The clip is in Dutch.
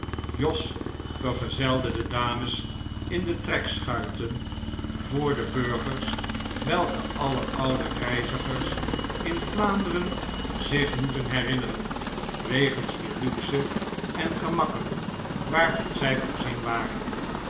jos vergezelde de dames in de trekschuiten voor de burgers welke alle oude reizigers in vlaanderen zich moeten herinneren wegens de luxe en gemakken waarvan zij voorzien waren